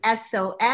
SOS